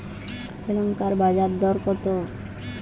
কাঁচা লঙ্কার বাজার দর কত?